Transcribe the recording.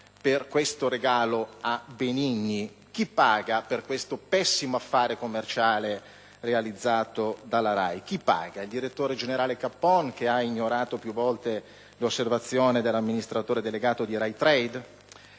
per questo regalo a Benigni? Chi paga per questo pessimo affare commerciale realizzato dalla RAI? Chi paga, il direttore generale Cappon, che ha ignorato più volte l'osservazione dell'amministratore delegato di Rai Trade?